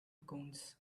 cones